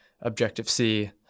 Objective-C